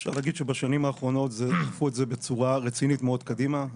אפשר להגיד שבשנים האחרונות דחפו את זה בצורה רצינית מאוד קדימה.